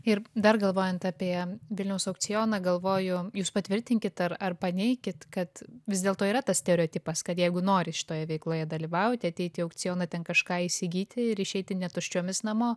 ir dar galvojant apie vilniaus aukcioną galvoju jūs patvirtinkit ar paneikit kad vis dėlto yra tas stereotipas kad jeigu nori šitoje veikloje dalyvauti ateiti į aukcioną ten kažką įsigyti ir išeiti netuščiomis namo